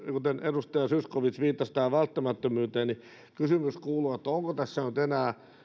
kuten edustaja zyskowicz viittasi tähän välttämättömyyteen niin kyllä kysymys kuuluu onko tässä nyt enää